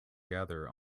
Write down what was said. gather